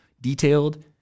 detailed